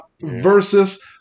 versus